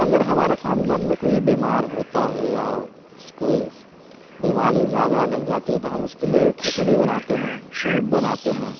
اگر ہمارے خاندان میں کوئی بیمار ہوتا ہے یا اس کو بیماری زیادہ لگ جاتی ہے تو ہم اس کے لیے کھچڑی بناتے ہیں سوپ بناتے ہیں